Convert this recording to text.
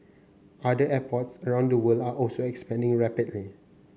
other airports around the world are also expanding rapidly